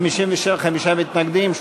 55 מתנגדים,